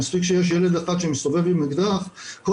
מספיק שיש ילד אחד שמסתובב עם אקדח כל